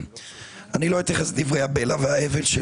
לא אתייחס לדברי הבלע וההבל של